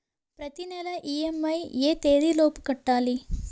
ప్రతినెల ఇ.ఎం.ఐ ఎ తేదీ లోపు కట్టాలి?